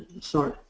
sorry